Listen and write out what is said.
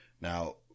Now